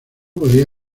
podía